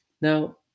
Now